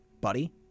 buddy